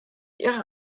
ihrer